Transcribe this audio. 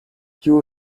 you